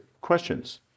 questions